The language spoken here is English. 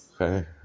okay